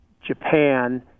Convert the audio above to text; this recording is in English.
Japan